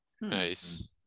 Nice